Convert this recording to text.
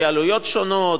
כי העלויות שונות,